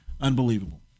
Unbelievable